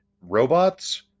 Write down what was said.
robots